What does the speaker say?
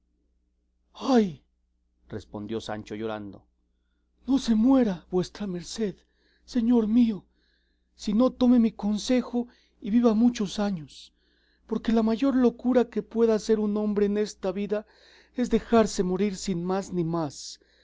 ay respondió sancho llorando no se muera vuestra merced señor mío sino tome mi consejo y viva muchos años porque la mayor locura que puede hacer un hombre en esta vida es dejarse morir sin más ni más